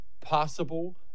possible